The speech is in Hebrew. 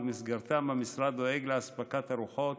ובמסגרתם המשרד דואג לאספקת ארוחות